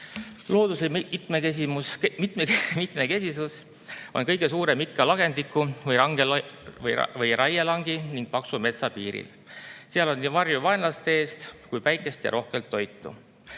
Looduslik mitmekesisus on kõige suurem ikka lagendiku või raielangi ning paksu metsa piiril. Seal on nii varju vaenlaste eest kui ka päikest ja rohkelt toitu.